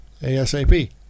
ASAP